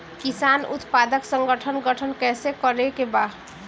किसान उत्पादक संगठन गठन कैसे करके बा?